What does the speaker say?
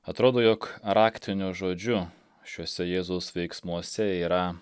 atrodo jog raktiniu žodžiu šiuose jėzaus veiksmuose yra